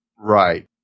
Right